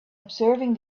observing